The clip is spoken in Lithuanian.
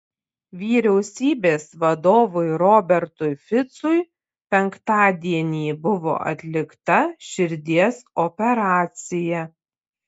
vyriausybės vadovui robertui ficui penktadienį buvo atlikta širdies operacija